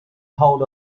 hold